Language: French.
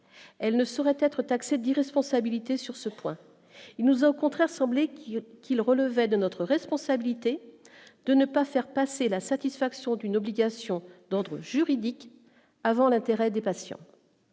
elle ne saurait être taxé d'irresponsabilité sur ce point, il nous a au contraire semblé qu'ils relevaient de notre responsabilité de ne pas faire passer la satisfaction d'une obligation d'autres juridique avant l'intérêt des patients,